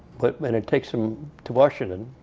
but and it takes him to washington.